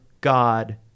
God